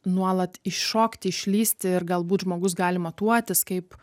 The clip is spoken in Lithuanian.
nuolat iššokti išlįsti ir galbūt žmogus gali matuotis kaip